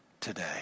today